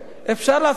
אפשר לעשות את זה.